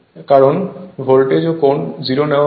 কারণ ভোল্টেজ ও কোণ 0 নেওয়া হয়েছে